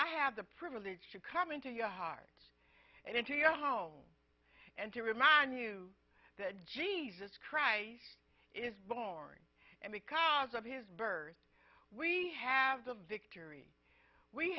i have the privilege to come into your heart and into your home and to remind you that jesus christ is born and because of his birth we have the vic